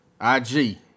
IG